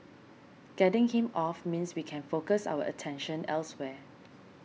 getting him off means we can focus our attention elsewhere